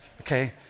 okay